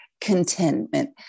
contentment